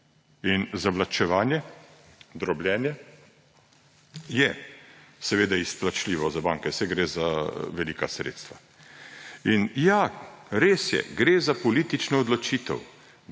In zavlačevanje, drobljenje je seveda izplačljivo za banke, saj gre za velika sredstva. In ja, res je, gre za politično odločitev!